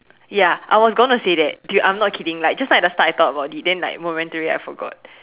ya I was gonna say that dude I'm not kidding like just now at the start I talked about it then like momentarily I forgot